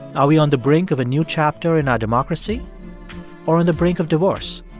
are we on the brink of a new chapter in our democracy or on the brink of divorce?